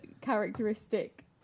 characteristic